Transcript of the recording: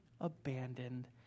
abandoned